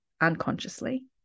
unconsciously